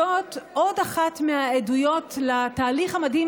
זאת עוד אחת מהעדויות לתהליך המדהים